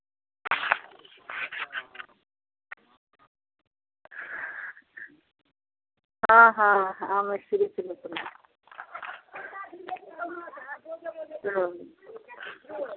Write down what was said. हाँ हाँ आमे सिर्फ़ रोपना है